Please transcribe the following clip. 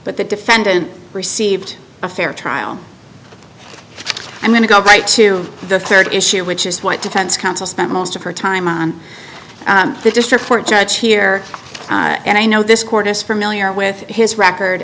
but the defendant received a fair trial i'm going to go right to the third issue which is what defense counsel spent most of her time on the district court judge here and i know this court is for million or with his record